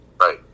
Right